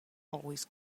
always